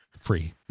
free